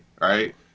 right